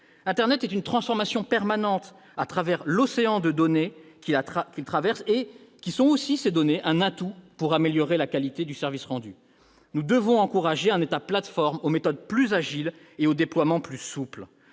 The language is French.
Internet constitue une transformation permanente, en raison de l'océan de données qui le traverse et qui est aussi un atout pour améliorer la qualité du service rendu. Nous devons encourager un État plateforme, aux méthodes plus agiles et au déploiement plus souple.